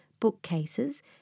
bookcases